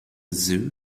zoo